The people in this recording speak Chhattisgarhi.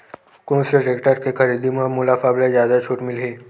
कोन से टेक्टर के खरीदी म मोला सबले जादा छुट मिलही?